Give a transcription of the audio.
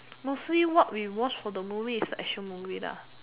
mostly what we watch for the movie is the action movie lah